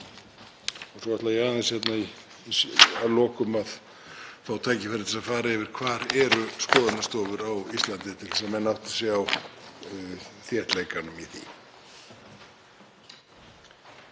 þéttleikanum í því.